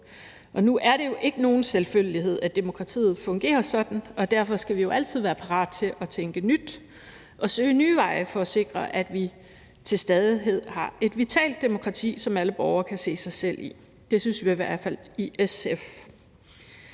Nu er det jo ikke nogen selvfølgelighed, at demokratiet fungerer sådan, og derfor skal vi altid være parat til at tænke nyt og søge nye veje for at sikre, at vi til stadighed har et vitalt demokrati, som alle borgere kan se sig selv i. Det synes vi i hvert fald i SF.